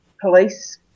police